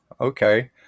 okay